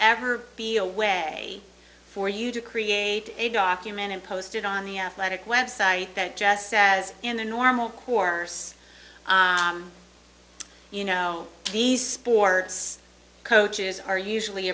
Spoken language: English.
ever be a way for you to create a document and posted on the athletic website that just says in the normal course you know these sports coaches are usually